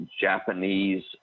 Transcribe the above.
Japanese